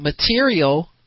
material